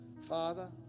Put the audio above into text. Father